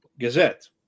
Gazette